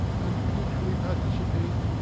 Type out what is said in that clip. and, mutually participate,